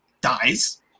dies